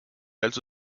also